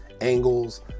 angles